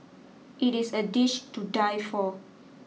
it is a dish to die for